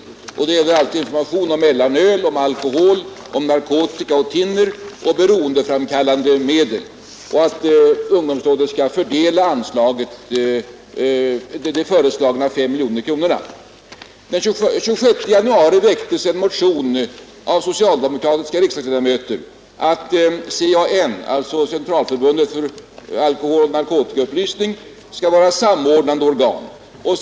Det gäller i detta sammanhang information om mellanöl och rusdrycker, narkotika, thinner och andra beroendeframkallande medel, och statens ungdomsråd föreslås bli huvudman för fördelningen av de föreslagna 5 miljoner kronorna. Den 26 januari väcktes en motion av socialdemokratiska riksdagsledamöter om att CAN, dvs. Centralförbundet för alkoholoch narkotikaupplysning, skulle vara samordnande organ för denna verksamhet.